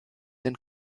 denn